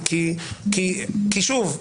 שוב,